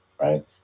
right